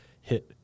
hit